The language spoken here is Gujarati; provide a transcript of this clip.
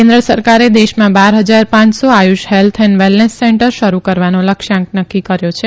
કેન્દ્ર સરકારે દેશમાં બાર હજાર પાંચસો આયુષ હેલ્થ અને વેલનેસ સેન્ટર શરૂ કરવાનો લક્ષ્યાંક નકકી કર્યો છે